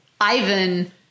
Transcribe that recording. Ivan